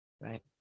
right